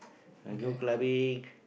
I go clubbing